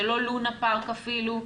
זה לא לונה פארק אפילו.